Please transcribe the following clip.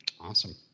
Awesome